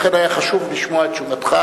לכן היה חשוב לשמוע את תשובתך.